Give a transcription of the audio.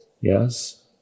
yes